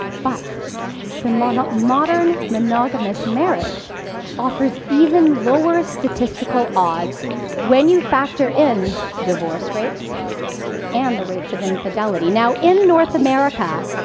but the modern ah modern monogamous marriage offers even lower statistical odds when you factor in divorce rates and the rates of infidelity. now, in north america,